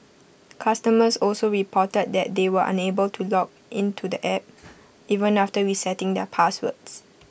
customers also reported that they were unable to log in to the app even after resetting their passwords